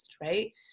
right